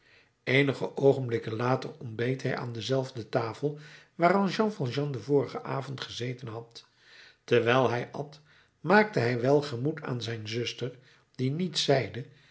eenige oogenblikken later ontbeet hij aan dezelfde tafel waaraan jean valjean den vorigen avond gezeten had terwijl hij at maakte hij welgemoed aan zijn zuster die niets zeide